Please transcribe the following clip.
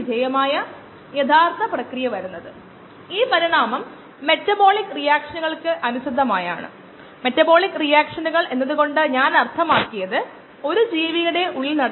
ഏതൊരു engineering system വിശകലനത്തിലും dynamic system വിശകലനത്തിലും അടിസ്ഥാന പാരാമീറ്ററായി നിരക്ക് എന്ന ആശയത്തെക്കുറിച്ച് വ്യക്തമായിരിക്കേണ്ടതിന്റെ ആവശ്യകത നമ്മൾ വീണ്ടും പറഞ്ഞു